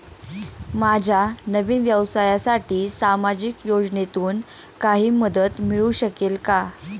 माझ्या नवीन व्यवसायासाठी सामाजिक योजनेतून काही मदत मिळू शकेल का?